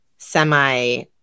semi